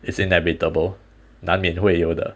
it's inevitable 难免会有的